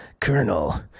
Colonel